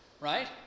right